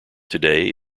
today